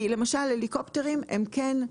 כי למשל הליקופטרים הם כן,